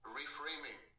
reframing